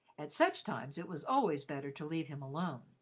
at such times it was always better to leave him alone.